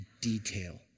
detail